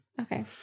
Okay